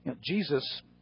Jesus